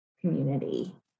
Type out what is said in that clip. community